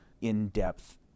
in-depth